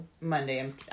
Monday